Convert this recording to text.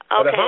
Okay